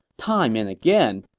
time and again,